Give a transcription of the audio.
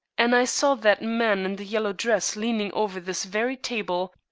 and i saw that man in the yellow dress leaning over this very table,